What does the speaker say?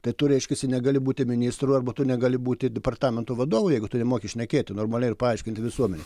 tai tu reiškiasi negali būti ministru arba tu negali būti departamento vadovu jeigu tu nemoki šnekėti normaliai ir paaiškinti visuomenei